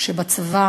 שבצבא